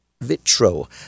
Vitro